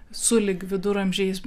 sulig viduramžiais